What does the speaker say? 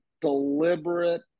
deliberate